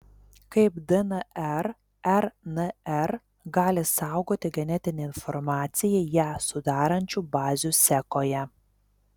kaip dnr rnr gali saugoti genetinę informaciją ją sudarančių bazių sekoje